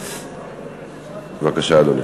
בבקשה, אדוני.